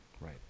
Right